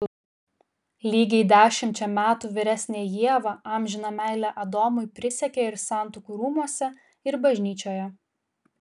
lygiai dešimčia metų vyresnė ieva amžiną meilę adomui prisiekė ir santuokų rūmuose ir bažnyčioje